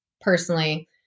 personally